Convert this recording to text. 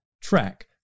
track